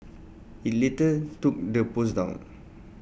IT later took the post down